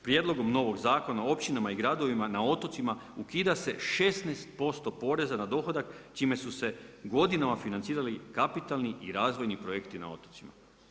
Prijedlogom novog zakona, općinama i gradovima na otocima ukida se 16% poreza na dohodak čime su se godinama financirali kapitalni i razvoji projekt na otocima.